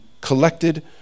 collected